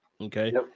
Okay